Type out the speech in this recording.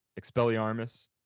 Expelliarmus